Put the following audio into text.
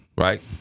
Right